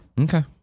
Okay